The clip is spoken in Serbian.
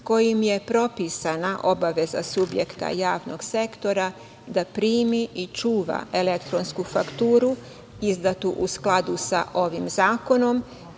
kojim je propisana obaveza subjekta javnog sektora da primi i čuva elektronsku fakturu izdatu u skladu sa ovim zakonom,